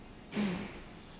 mm